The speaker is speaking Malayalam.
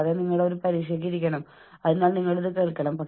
കൂടാതെ നിങ്ങൾ ഉറങ്ങാൻ പോകുന്നതിനുമുമ്പ് ഈ ലിസ്റ്റ് നോക്കുക